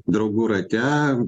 draugų rate